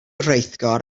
rheithgor